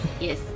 Yes